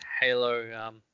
Halo